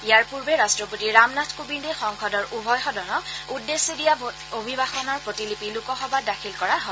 ইয়াৰ পূৰ্বে ৰাট্টপতি ৰামনাথ কোৱিন্দে সংসদৰ উভয় সদনক উদ্দেশ্যি দিয়া অভিভাষণৰ প্ৰতিলিপি লোকসভাত দাখিল কৰা হয়